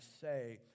say